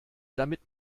damit